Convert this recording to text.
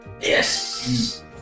Yes